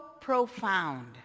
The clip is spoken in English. profound